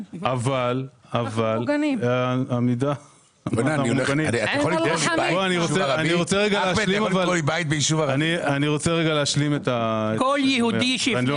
לפי העבודה שנעשתה ב-2015 הגורם המוביל היה הסיכון הסיסמי לפי תקן 413.